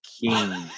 king